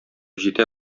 җитә